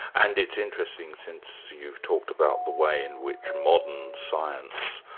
and it's interesting, since you've talked about the way in which modern science